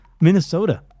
Minnesota